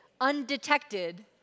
undetected